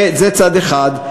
זה צד אחד.